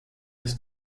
des